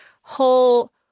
Whole